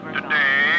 Today